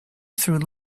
through